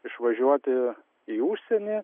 išvažiuoti į užsienį